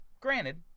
Granted